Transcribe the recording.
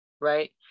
right